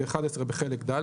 ו-(11) בחלק ד',